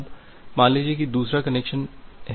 अब मान लीजिये कि एक दूसरा कनेक्शन है